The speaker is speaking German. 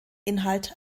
inhalt